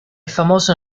famoso